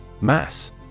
Mass